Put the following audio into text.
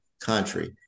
country